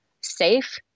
safe